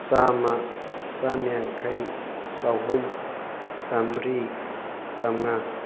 ꯆꯥꯝꯃ ꯆꯥꯝꯌꯥꯡꯈꯩ ꯆꯍꯨꯝ ꯆꯥꯝꯃꯔꯤ ꯆꯥꯝꯃꯉꯥ